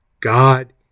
God